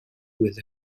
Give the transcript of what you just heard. with